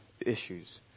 issues